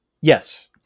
Yes